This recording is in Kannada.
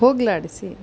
ಹೋಗಲಾಡ್ಸಿ